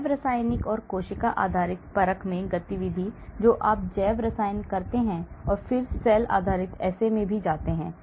जैव रासायनिक और कोशिका आधारित परख में गतिविधि तो आप जैव रासायनिक करते हैं और फिर सेल आधारित assays में भी जाते हैं